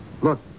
Look